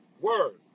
Word